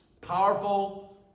Powerful